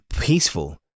peaceful